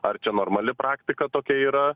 ar čia normali praktika tokia yra